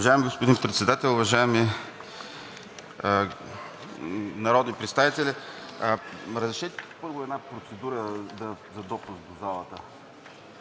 Уважаеми господин Председател, уважаеми народни представители! Разрешете първо една процедура за допуск в залата.